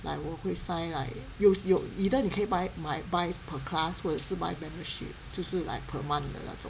like 我会 sign like 有有 either 你可以 buy 买 buy per class 或者是 by membership 就是 like per month 的那种